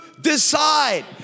decide